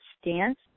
stance